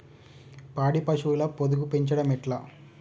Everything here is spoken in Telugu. పాడి పశువుల పొదుగు పెంచడం ఎట్లా?